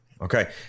okay